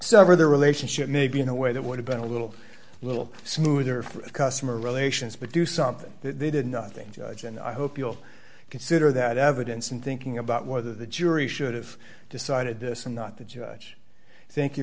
over their relationship maybe in a way that would have been a little a little smoother for a customer relations but do something they did nothing and i hope you'll consider that evidence and thinking about whether the jury should have decided this and not the judge thank you